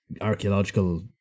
archaeological